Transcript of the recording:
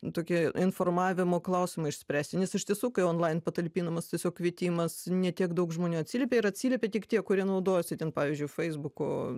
tokį informavimo klausimą išspręsti nes iš tiesų kai onlain patalpinamas tiesiog kvietimas ne tiek daug žmonių atsiliepia ir atsiliepia tik tie kurie naudojasi ten pavyzdžiui feisbuku